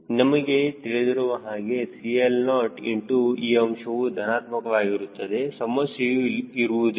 ನಮಗೆ ತಿಳಿದಿರುವ ಹಾಗೆ CL0 ಇಂಟು ಈ ಅಂಶವು ಧನಾತ್ಮಕವಾಗುತ್ತದೆ ಸಮಸ್ಯೆಯೂ ಇರುವುದಿಲ್ಲ